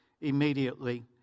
immediately